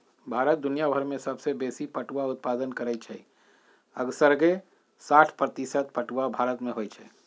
भारत दुनियाभर में सबसे बेशी पटुआ उत्पादन करै छइ असग्रे साठ प्रतिशत पटूआ भारत में होइ छइ